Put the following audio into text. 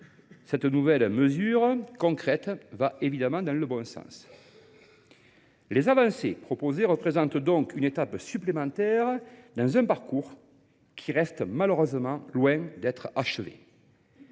Cette nouvelle mesure concrète va évidemment dans le bon sens. Les avancées ainsi proposées représentent une étape supplémentaire dans un parcours qui est malheureusement loin d’être achevé,